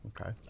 okay